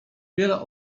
wiele